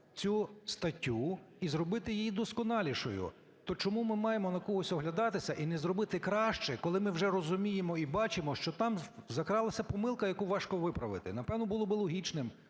цю статтю і зробити її досконалішою. То чому ми маємо на когось оглядатися і не зробити краще, коли ми вже розуміємо і бачимо, що там закралася помилка, яку важко виправити? Напевно, було би логічним